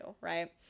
right